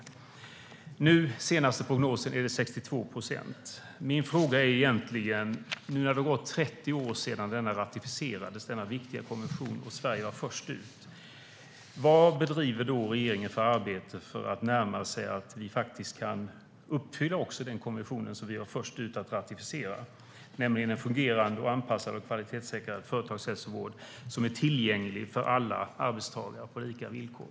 Enligt den senaste prognosen är det nu 62 procent. Nu när det har gått 30 år sedan denna viktiga konvention, där Sverige var först ut, ratificerades är min fråga: Vad bedriver regeringen för arbete för att närma sig ett läge där vi kan uppfylla den konvention som vi var först ut med att ratificera, nämligen en fungerande, anpassad och kvalitetssäkrad företagshälsovård som är tillgänglig för alla arbetstagare på lika villkor?